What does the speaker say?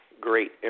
great